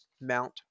Mount